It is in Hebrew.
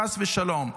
חס ושלום.